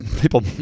people